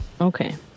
Okay